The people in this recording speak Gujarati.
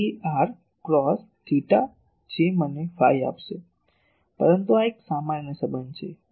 તો ar ક્રોસ થેટા જે મને ફાઈ આપશે પરંતુ આ એક સામાન્ય સંબંધ છે